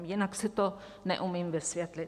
Jinak si to neumím vysvětlit.